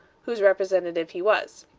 whose representative he was.